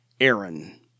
Aaron